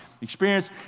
experience